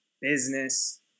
business